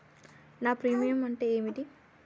నా ప్రీమియం అంటే ఏమిటి?